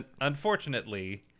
unfortunately